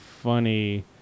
funny